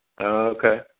Okay